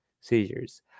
seizures